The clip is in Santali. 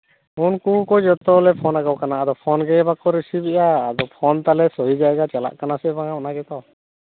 ᱩᱱᱠᱩ ᱠᱚ ᱡᱚᱛᱚ ᱞᱮ ᱯᱷᱳᱱᱟᱠᱚ ᱠᱟᱱᱟ ᱟᱫᱚ ᱯᱷᱳᱱ ᱜᱮ ᱵᱟᱠᱚ ᱨᱤᱥᱤᱵᱮᱫᱼᱟ ᱡᱮ ᱯᱷᱳᱱ ᱛᱟᱞᱮ ᱥᱟᱹᱦᱤ ᱡᱟᱭᱜᱟ ᱪᱟᱞᱟᱜ ᱠᱟᱱᱟ ᱥᱮ ᱵᱟᱝᱟ ᱚᱱᱟᱜᱮᱛᱚ